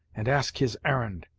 and ask his arrn'd.